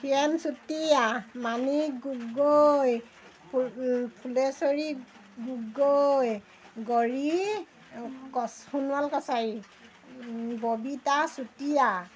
হীৰেন চুতীয়া মাণিক গগৈ ফুল ফুলেশ্বৰী গগৈ গৌৰী কছ সোণোৱাল কছাৰী ববিতা চুতীয়া